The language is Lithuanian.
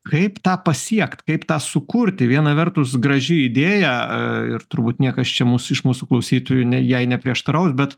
kaip tą pasiekt kaip tą sukurti viena vertus graži idėja ir turbūt niekas čia mūsų iš mūsų klausytojų ne jai neprieštaraus bet